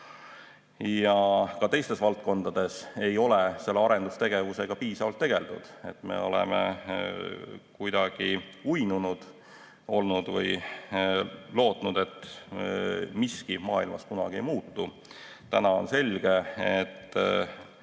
teistes valdkondades ei ole arendustegevusega piisavalt tegeldud. Me oleme kuidagi uinunud olnud või lootnud, et miski maailmas kunagi ei muutu. Täna on selge, et